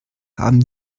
haben